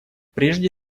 прежде